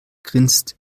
grinst